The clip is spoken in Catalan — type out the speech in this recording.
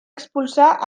expulsar